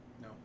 no